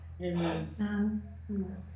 Amen